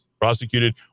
Prosecuted